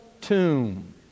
tomb